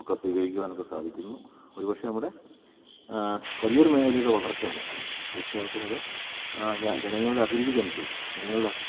ഒക്കെ സ്വീകരിക്കുവാനൊക്കെ സാധിക്കുന്നു ഒരുപക്ഷേ നമ്മുടെ കരിയർ മേഖലയുടെ വളർച്ചയാണീ കാണിക്കുന്നത് തീർച്ചയായിട്ടും അത് ജനങ്ങളുടെ അഭിരുചിക്കനുസരിച്ച് ജനങ്ങളുടെ